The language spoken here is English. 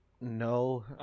No